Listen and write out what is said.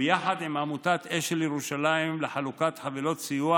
ביחד עם עמותת אשל ירושלים לחלוקת חבילות סיוע